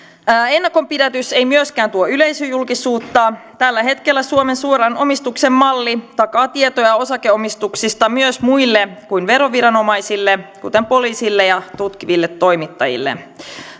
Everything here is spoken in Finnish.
ennakonpidätys ei myöskään tuo yleisöjulkisuutta tällä hetkellä suomen suoran omistuksen malli takaa tietoja osakeomistuksista myös muille kuin veroviranomaisille kuten poliisille ja tutkiville toimittajille